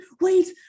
wait